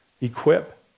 equip